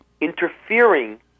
interfering